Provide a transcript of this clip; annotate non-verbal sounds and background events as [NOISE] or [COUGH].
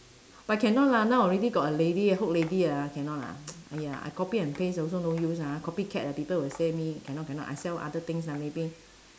but cannot lah now already got a lady a hook lady ah cannot lah [NOISE] !aiya! I copy and paste also no use ah copycat ah people will say me cannot cannot I sell other things lah maybe